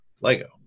Lego